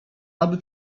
aby